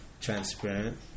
transparent